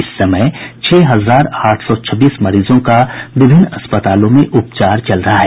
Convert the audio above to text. इस समय छह हजार आठ सौ छब्बीस मरीजों का विभिन्न अस्पतालों में इलाज चल रहा है